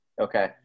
Okay